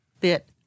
bit